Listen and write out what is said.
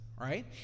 Right